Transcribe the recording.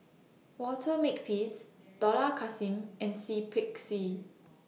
Walter Makepeace Dollah Kassim and Seah Peck Seah